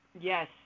Yes